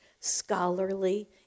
scholarly